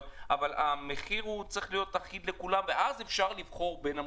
אבל המחיר צריך להיות אחיד לכולם ואז אפשר לבחור בין המוצרים.